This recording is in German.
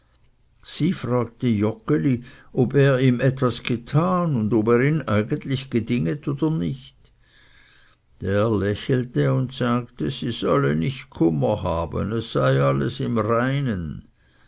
sie fragte joggeli ob er ihm etwas getan und ob er ihn eigentlich gedinget oder nicht der lächelte und sagte sie solle nicht kummer haben es sei alles im reinen